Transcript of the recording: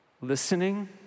Listening